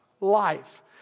life